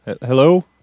Hello